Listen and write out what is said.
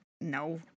no